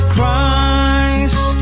Christ